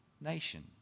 nation